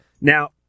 Now